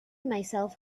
myself